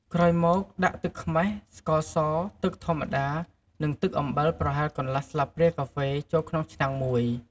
ក្រោយមកដាក់ទឹកខ្មេះ ស្ករស ទឹកធម្មតា និងអំបិលប្រហែល កន្លះស្លាបព្រាកាហ្វេ ចូលក្នុងឆ្នាំងមួយ។